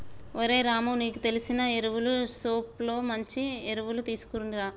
ఓరై రాము నీకు తెలిసిన ఎరువులు షోప్ లో మంచి ఎరువులు తీసుకునిరా